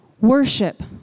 worship